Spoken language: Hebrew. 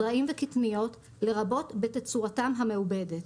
זרעים וקטניות לרבות בתצורתם המעובדת.